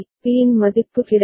பியின் மதிப்பு கிடைக்கும்